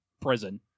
prison